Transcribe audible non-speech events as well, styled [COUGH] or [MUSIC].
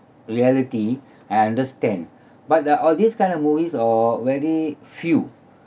reality [BREATH] I understand but the all these kind of movies or very few